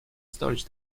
storage